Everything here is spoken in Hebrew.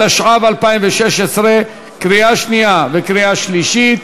התשע"ו 2016, קריאה שנייה וקריאה שלישית,